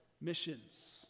missions